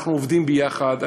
אנחנו עובדים ביחד.